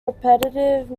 repetitive